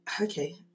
okay